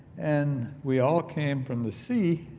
and we all came from the sea,